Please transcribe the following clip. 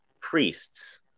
priests